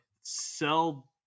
sell